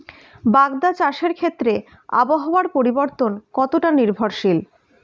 বাগদা চাষের ক্ষেত্রে আবহাওয়ার পরিবর্তন কতটা নির্ভরশীল?